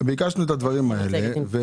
ביקשנו את הדברים האלה.